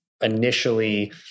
initially